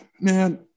man